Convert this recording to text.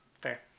fair